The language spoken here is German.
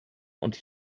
und